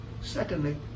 Secondly